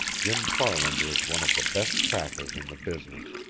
jim farland was one of the best trackers in the business.